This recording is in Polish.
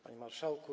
Panie Marszałku!